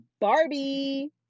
barbie